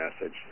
message